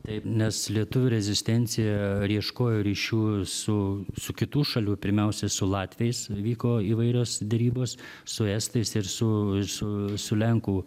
taip nes lietuvių rezistencija ieškojo ryšių su su kitų šalių pirmiausia su latviais vyko įvairios derybos su estais ir su su su lenkų